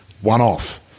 one-off